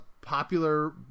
popular